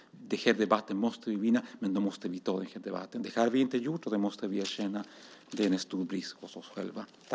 Den här debatten måste vi vinna, men då måste vi ta den. Det har vi inte gjort, och det måste vi erkänna. Det är en stor brist hos oss själva.